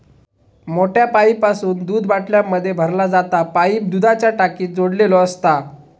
मोठ्या पाईपासून दूध बाटल्यांमध्ये भरला जाता पाईप दुधाच्या टाकीक जोडलेलो असता